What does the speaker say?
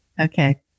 Okay